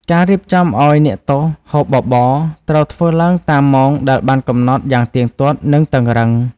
ការរៀបចំឱ្យអ្នកទោសហូបបបរ ត្រូវធ្វើឡើងតាមម៉ោងដែលបានកំណត់យ៉ាងទៀងទាត់ និងតឹងរ៉ឹង។